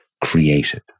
created